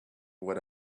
what